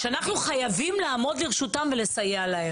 שאנחנו חייבים לעמוד לרשותם ולסייע להם.